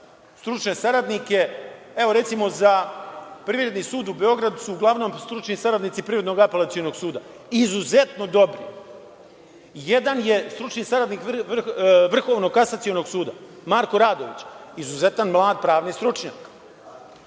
stručne saradnike. Recimo, za Privredni sud u Beogradu su uglavnom stručni saradnici Privrednog apelacionog suda, izuzetno dobri. Jedan je stručni saradnik Vrhovnog kasacionog suda, Marko Radović, izuzetan mlad pravni stručnjak,